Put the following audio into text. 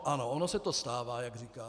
Ano, ono se to stává, jak říkáte.